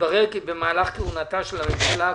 התברר כי, במהלך כהונתה של הממשלה הקודמת,